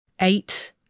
eight